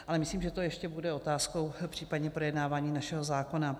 Ale myslím, že to ještě bude otázkou případně projednávání našeho zákona.